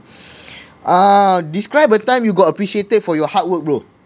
uh describe a time you got appreciated for your hard work bro